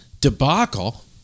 debacle